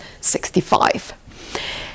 65